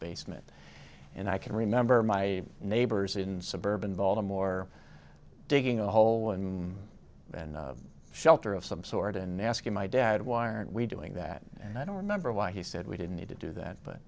basement and i can remember my neighbors in suburban baltimore digging a hole in the shelter of some sort and asking my dad why are we doing that and i don't remember why he said we didn't need to do that but